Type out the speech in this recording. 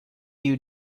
you